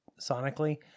sonically